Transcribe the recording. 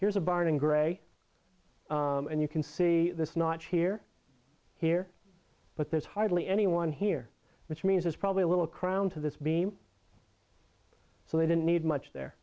here's a barn in gray and you can see this not here here but there's hardly anyone here which means it's probably a little crown to this beam so they didn't need much there